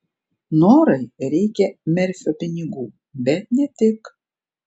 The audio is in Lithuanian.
norai reikia merfio pinigų bet ne tik